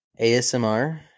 ASMR